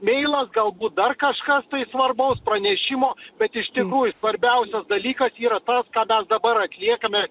meilas galbūt dar kažkas tai svarbaus pranešimo bet iš tikrųjų svarbiausias dalykas yra tas ką dar dabar atliekame